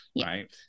right